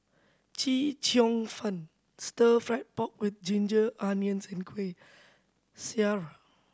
Chee Cheong fen Stir Fried Pork With Ginger Onions and Kuih Syara